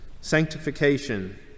Sanctification